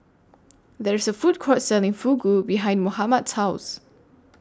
There IS A Food Court Selling Fugu behind Mohammad's House